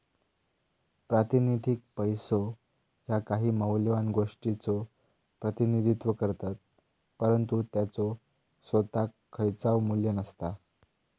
प्रातिनिधिक पैसो ह्या काही मौल्यवान गोष्टीचो प्रतिनिधित्व करतत, परंतु त्याचो सोताक खयचाव मू्ल्य नसता